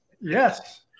Yes